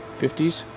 fifty s,